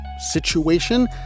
situation